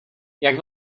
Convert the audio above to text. jak